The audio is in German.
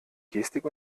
gestik